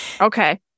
Okay